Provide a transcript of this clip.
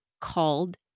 called